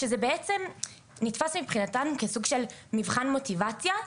שזה בעצם נתפס מבחינתם כסוג של מבחן מוטיבציה,